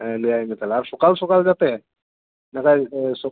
ᱦᱮᱸ ᱞᱟᱹᱭᱟᱭᱢᱮ ᱛᱟᱦᱚᱞᱮ ᱟᱨ ᱥᱚᱠᱟᱞ ᱥᱚᱠᱟᱞ ᱡᱟᱛᱮ ᱵᱟᱠᱷᱟᱡ ᱠᱚ